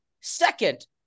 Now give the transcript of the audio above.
Second